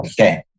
Okay